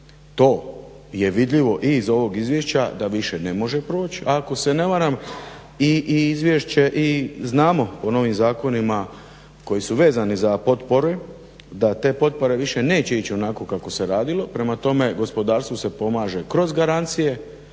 To je vidljivo i iz ovog izvješća da više ne može proći, a ako se ne varam i izvješće i znamo po novim zakonima koji su vezani za potpore da te potpore više neće ići onako kako se radilo. Prema tome, gospodarstvu se pomaže kroz garancije,